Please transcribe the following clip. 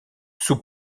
sous